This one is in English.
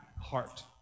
heart